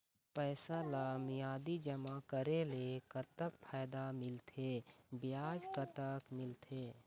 पैसा ला मियादी जमा करेले, कतक फायदा मिलथे, ब्याज कतक मिलथे?